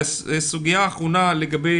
סוגיה אחרונה לגבי